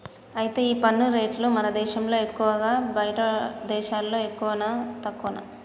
అయితే ఈ పన్ను రేట్లు మన దేశంలో ఎక్కువా బయటి దేశాల్లో ఎక్కువనా తక్కువనా